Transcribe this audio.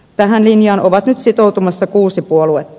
tähän linjaan on nyt sitoutumassa kuusi puoluetta